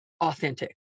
authentic